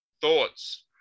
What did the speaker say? Thoughts